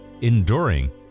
enduring